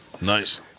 Nice